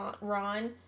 Ron